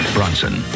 Bronson